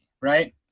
right